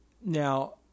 Now